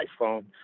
iPhone